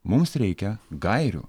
mums reikia gairių